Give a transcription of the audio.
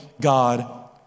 God